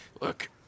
Look